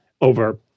over